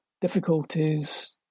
difficulties